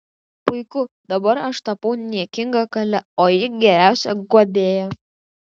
puiku dabar aš tapau niekinga kale o ji geriausia guodėja